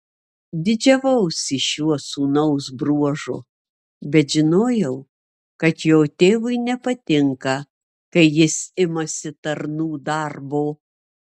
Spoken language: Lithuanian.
didžiavausi šiuo sūnaus bruožu bet žinojau kad jo tėvui nepatinka kai jis imasi tarnų darbo